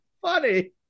funny